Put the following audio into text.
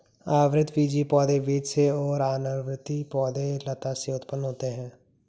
आवृतबीजी पौधे बीज से और अनावृतबीजी पौधे लता से उत्पन्न होते है